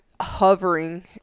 hovering